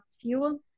fuel